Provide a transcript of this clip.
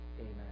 Amen